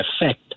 effect